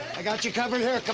i got you covered here.